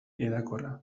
hedakorra